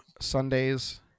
Sunday's